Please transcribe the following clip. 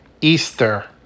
Easter